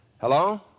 Hello